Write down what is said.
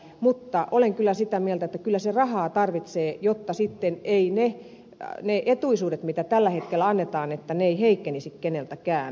mutta olen kyllä sitä mieltä että kyllä se rahaa tarvitsee jotta sitten ne etuisuudet mitä tällä hetkellä annetaan eivät heikkenisi keneltäkään